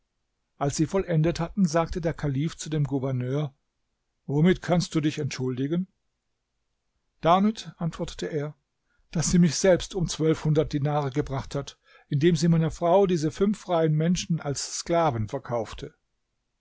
als sie vollendet hatten sagte der kalif zu dem gouverneur womit kannst du dich entschuldigen damit antwortete er daß sie mich selbst um zwölfhundert dinare gebracht hat indem sie meiner frau diese fünf freien menschen als sklaven verkaufte